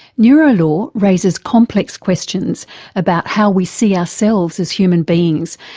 you know raises complex questions about how we see ourselves as human beings,